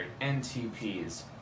NTPs